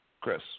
Chris